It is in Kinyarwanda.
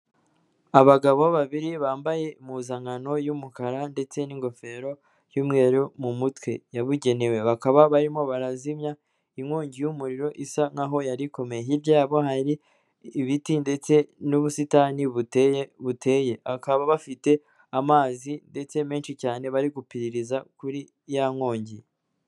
Abagabo babiri bambaye impuzankano y'umukara ndetse n'ingofero y'umweru mu mutwe yabugenewe, bakaba barimo barazimya inkongi y'umuriro isa nkaho yari ikomeye, hirya yabo hari ibiti ndetse n'ubusitani buteye buteye, akaba bafite amazi ndetse menshi cyane bari gupiririza kuri ya nkongi.